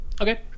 Okay